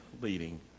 leading